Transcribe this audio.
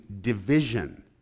division